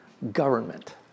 Government